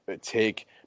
take